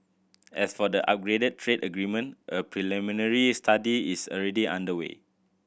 as for the upgraded trade agreement a preliminary study is already underway